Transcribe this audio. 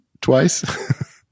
twice